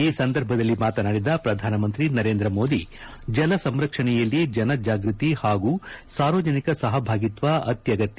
ಈ ಸಂದರ್ಭದಲ್ಲಿ ಮಾತನಾಡಿದ ಪ್ರಧಾನಮಂತ್ರಿ ನರೇಂದ್ರ ಮೋದಿ ಜಲ ಸಂರಕ್ಷಣೆಯಲ್ಲಿ ಜನಜಾಗೃತಿ ಹಾಗೂ ಸಾರ್ವಜನಿಕ ಸಹಭಾಗಿತ್ವ ಅತ್ಯಗತ್ಯ